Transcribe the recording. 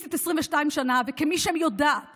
כפליליסטית 22 שנה וכמי שיודעת